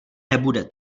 nebude